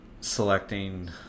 selecting